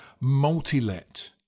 multi-let